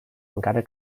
encara